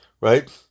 right